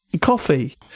Coffee